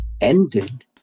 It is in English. ended